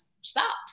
stopped